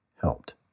helped